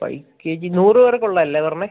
five K G നൂറുപേർക്കുള്ളതല്ലേ പറഞ്ഞത്